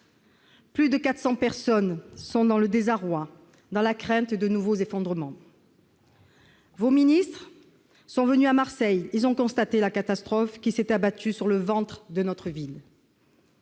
Plus de 400 personnes sont dans le désarroi, dans la crainte de nouveaux effondrements. Vos ministres sont venus à Marseille ; ils ont constaté la catastrophe qui s'est abattue sur le « ventre » de notre ville.